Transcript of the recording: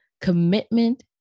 Commitment